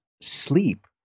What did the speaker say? sleep